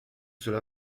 cela